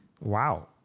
Wow